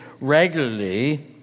regularly